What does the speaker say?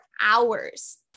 hours